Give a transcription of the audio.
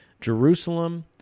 Jerusalem